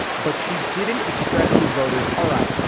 but she didn't express to voters. all right.